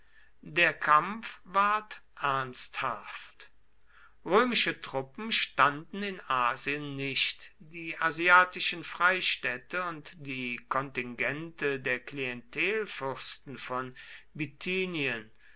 der kampf ward ernsthaft römische truppen standen in asien nicht die asiatischen freistädte und die kontingente der klientelfürsten von